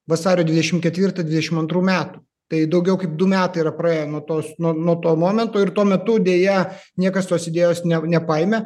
vasario dvidešimt ketvirtą dvidešimt antrų metų tai daugiau kaip du metai yra praėję nuo tos nuo nuo to momento ir tuo metu deja niekas tos idėjos ne nepaėmė